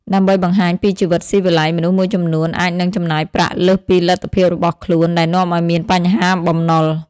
ដើម្បីបង្ហាញពីជីវិតស៊ីវិល័យ មនុស្សមួយចំនួនអាចនឹងចំណាយប្រាក់លើសពីលទ្ធភាពរបស់ខ្លួន ដែលនាំឱ្យមានបញ្ហាបំណុល។